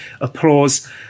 applause